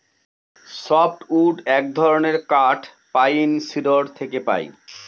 soft wood এক ধরনের কাঠ পাইন, সিডর থেকে পাই